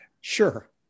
Sure